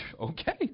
Okay